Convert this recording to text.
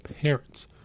parents